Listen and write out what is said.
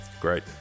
Great